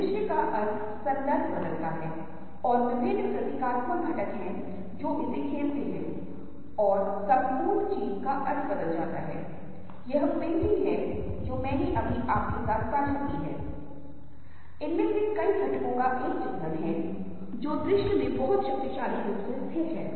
वर्गों का अंतर उद्धरणों के भीतर वे लोग जो आर्थिक रूप से बेहतर हैं आम तौर पर कम चमकीले रंगों का उपयोग करते हैं जबकि सबसे कम आर्थिक स्तर के लोग अक्सर फैशन के रंगों के उज्ज्वल रंगों का उपयोग करते हैं विज्ञापन सहित हर जगह हावी होते हैं